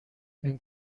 این